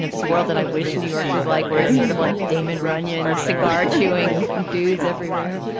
ah this world that i wish new york was like where it's sort of like damon runyon, cigar chewing dudes everywhere.